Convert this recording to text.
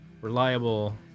reliable